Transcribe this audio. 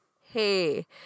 hey